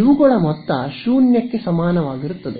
ಇವುಗಳ ಮೊತ್ತ ಶೂನ್ಯಕ್ಕೆ ಸಮಾನವಾಗಿರುತ್ತದೆ